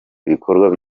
ibikorwa